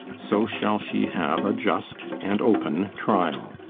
so shall she have a just and open trial.